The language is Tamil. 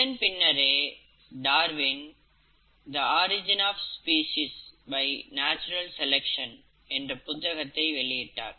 இதன் பின்னரே Darwin the origin of species by natural selection "The orgin of species by natural selection" என்ற புத்தகத்தை வெளியிட்டார்